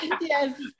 Yes